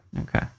Okay